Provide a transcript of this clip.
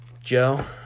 Joe